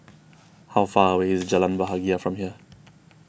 how far away is Jalan Bahagia from here